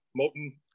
Moten